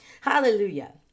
Hallelujah